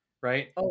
right